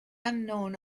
unknown